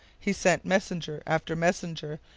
he sent messenger after messenger,